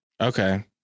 Okay